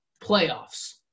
playoffs